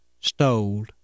stole